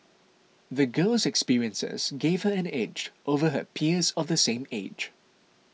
the girl's experiences gave her an edge over her peers of the same age